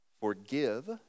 Forgive